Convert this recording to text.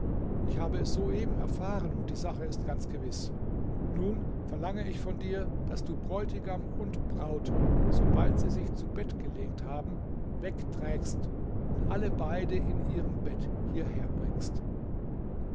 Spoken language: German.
ich habe es soeben erfahren und die sache ist ganz gewiß nun verlange ich von dir daß du bräutigam und braut sobald sie sich zu bett gelegt haben wegträgst und alle beide in ihrem bett hierher bringst